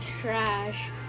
trash